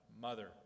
mother